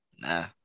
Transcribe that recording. Nah